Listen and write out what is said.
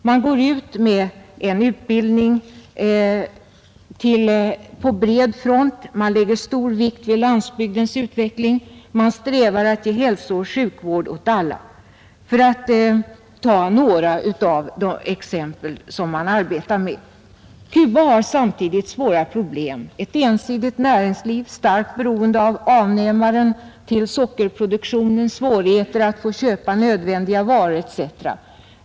Man går ut med en utbildning på bred front, man lägger stor vikt vid landsbygdens utveckling, man strävar efter att ge hälsooch sjukvård åt alla, för att ta några exempel. Cuba har samtidigt svåra problem. Ett ensidigt näringsliv, starkt beroende av avnämare till sockerproduktionen, svårigheter att få köpa nödvändiga varor etc.